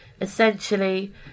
essentially